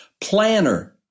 Planner